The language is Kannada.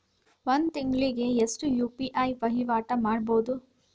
ಒಂದ್ ತಿಂಗಳಿಗೆ ಎಷ್ಟ ಯು.ಪಿ.ಐ ವಹಿವಾಟ ಮಾಡಬೋದು?